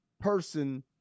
person